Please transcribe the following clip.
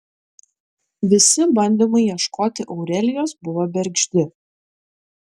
visi bandymai ieškoti aurelijos buvo bergždi